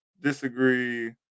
disagree